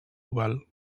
oval